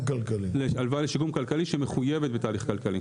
הלוואה לשיקום כלכלי שמחויבת בתהליך כלכלי.